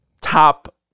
top